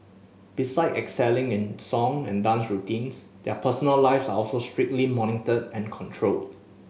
besides excelling in song and dance routines their personal lives are also strictly monitored and controlled